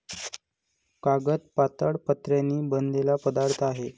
कागद पातळ पत्र्यांनी बनलेला पदार्थ आहे